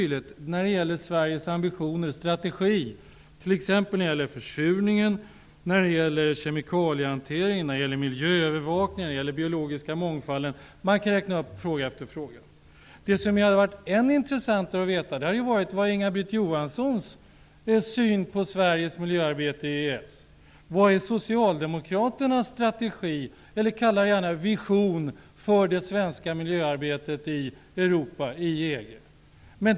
Det gäller Sveriges ambitioner och strategi t.ex. i fråga om försurningen, kemikaliehanteringen, miljöövervakningen, den biologiska mångfalden -- man kan räkna upp fråga efter fråga. Än intressantare hade det varit att få veta vilken EES är. Vad är Socialdemokraternas strategi, eller kalla det gärna vision, för det svenska miljöarbetet i Europa, i EG?